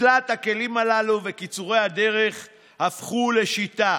שלילת הכלים הללו וקיצורי הדרך הפכו לשיטה,